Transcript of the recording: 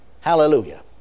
Hallelujah